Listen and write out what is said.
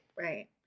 Right